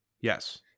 yes